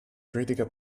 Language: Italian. critiche